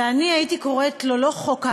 ואני הייתי קוראת לו לא חוק ההסדרה,